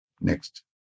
Next